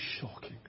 shocking